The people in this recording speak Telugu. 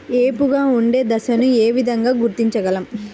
ఏపుగా ఉండే దశను ఏ విధంగా గుర్తించగలం?